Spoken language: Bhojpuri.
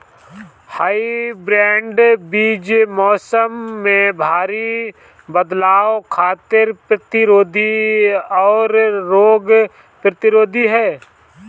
हाइब्रिड बीज मौसम में भारी बदलाव खातिर प्रतिरोधी आउर रोग प्रतिरोधी ह